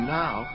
now